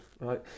right